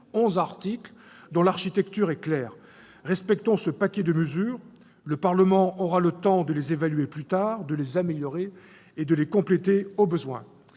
articles, dont l'architecture est claire. Respectons ce paquet de mesures. Le Parlement aura le temps de les évaluer plus tard, de les améliorer et de les compléter au besoin.